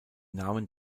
nahmen